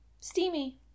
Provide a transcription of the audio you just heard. Steamy